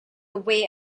way